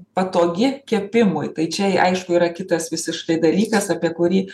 patogi kepimui tai čia aišku yra kitas visiškai dalykas apie kurį